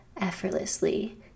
effortlessly